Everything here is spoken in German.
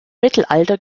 mittelalter